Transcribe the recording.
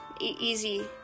Easy